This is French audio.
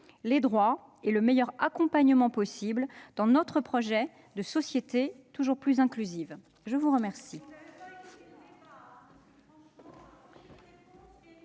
des droits et le meilleur accompagnement possible dans un projet de société toujours plus inclusive. Madame